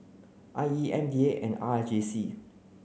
I E M D A and R J C